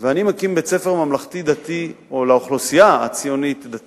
ואני מקים בית-ספר לאוכלוסייה הציונית-דתית,